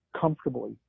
comfortably